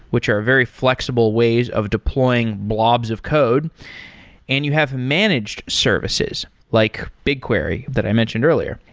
which are very flexible ways of deploying blobs of code and you have managed services, like bigquery that i mentioned earlier.